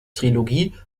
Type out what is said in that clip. trilogie